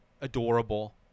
adorable